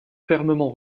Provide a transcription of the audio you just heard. fermement